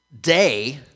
day